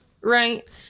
right